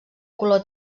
color